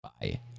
bye